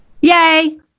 Yay